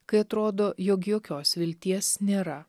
kai atrodo jog jokios vilties nėra